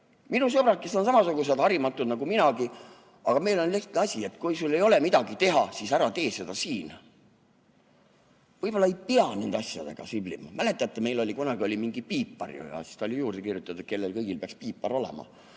Minu sõbrad on samasugused harimatud nagu minagi, aga meil on lihtne asi: kui sul ei ole midagi teha, siis ära tee seda siin. Võib-olla ei pea nende asjadega siblima. Mäletate, meil oli kunagi mingi piipar ja siis oli juurde kirjutatud, kellel kõigil peaks piipar olema.